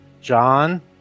John